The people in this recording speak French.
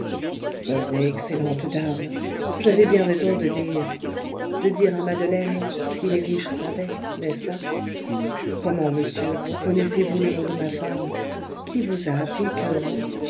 bonne et excellente dame j'avais bien raison de dire de dire à madeleine si les riches savaient n'est-ce pas comment monsieur connaissez-vous le nom de ma femme qui vous a appris que